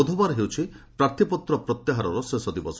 ବୁଧବାର ହେଉଛି ପ୍ରାର୍ଥୀପତ୍ର ପ୍ରତ୍ୟାହାରର ଶେଷ ଦିବସ